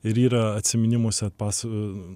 ir yra atsiminimuose pas